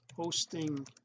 hosting